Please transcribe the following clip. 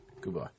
Goodbye